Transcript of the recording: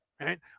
Right